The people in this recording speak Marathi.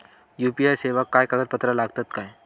यू.पी.आय सेवाक काय कागदपत्र लागतत काय?